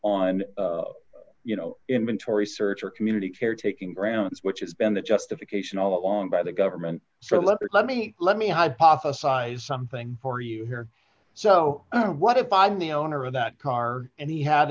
on you know inventory search or community caretaking grounds which has been the justification all along by the government so let me let me let me hypothesize something for you here so what if i'm the owner of that car and he had